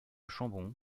chambon